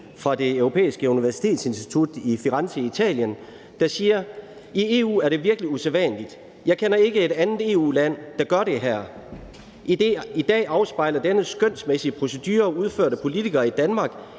fra Det Europæiske Universitetsinstitut i Firenze i Italien, der siger: »I EU er det virkelig usædvanligt. Jeg kender ikke et andet EU-land, der gør det her. I dag afspejler denne skønsmæssige procedure udført af politikere i Danmark